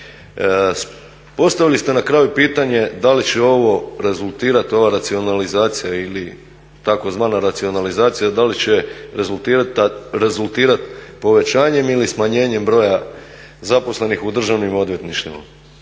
Postavili ste na kraju pitanje da li će ovo rezultirati, ova racionalizacija ili tzv. racionalizacija da li će rezultirati povećanjem ili smanjenjem broja zaposlenih u državnim odvjetništvima.